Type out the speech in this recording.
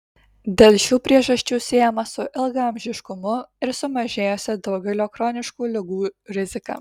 dėl šių priežasčių siejama su ilgaamžiškumu ir sumažėjusia daugelio chroniškų ligų rizika